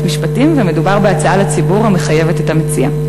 משפטים ומדובר בהצעה לציבור המחייבת את המציע.